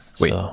Wait